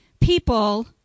people